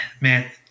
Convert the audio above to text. man